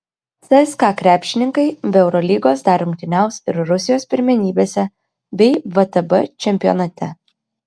cska krepšininkai be eurolygos dar rungtyniaus ir rusijos pirmenybėse bei vtb čempionate